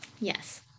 Yes